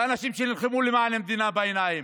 לאנשים שנלחמו למען המדינה,